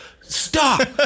stop